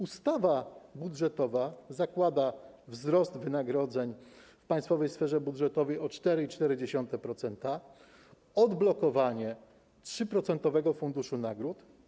Ustawa budżetowa zakłada wzrost wynagrodzeń w państwowej sferze budżetowej o 4,4%, odblokowanie 3-procentowego funduszu nagród.